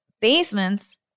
Basements